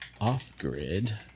off-grid